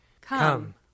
Come